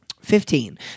Fifteen